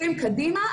דוחפים קדימה,